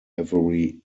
every